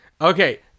Okay